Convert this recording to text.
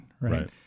right